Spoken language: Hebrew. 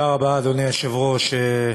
אדוני היושב-ראש,